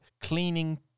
cleaning